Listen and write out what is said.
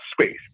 space